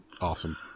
awesome